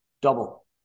double